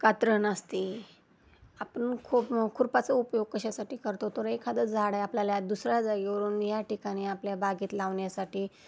कात्रण असते आपण खूप खुरप्याचा उपयोग कशासाठी करतो तर एखादं झाड आहे आपल्याला दुसऱ्या जागेवरून ह्या ठिकाणी आपल्या बागेत लावण्यासाठी